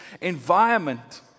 environment